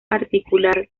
articular